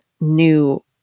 new